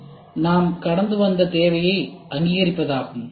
இது நாம் கடந்து வந்த தேவையை அங்கீகரிப்பதாகும்